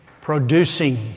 producing